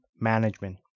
management